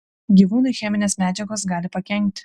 gyvūnui cheminės medžiagos gali pakenkti